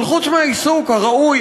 אבל חוץ מהעיסוק הראוי,